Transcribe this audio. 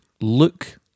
look